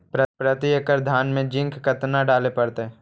प्रती एकड़ धान मे जिंक कतना डाले पड़ताई?